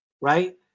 right